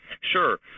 Sure